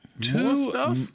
Two